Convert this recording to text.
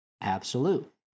absolute